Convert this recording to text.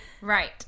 Right